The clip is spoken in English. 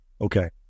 okay